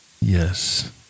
Yes